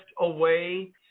away